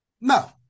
no